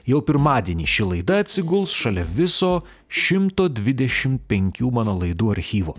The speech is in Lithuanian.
jau pirmadienį ši laida atsiguls šalia viso šimto dvidešimt penkių mano laidų archyvo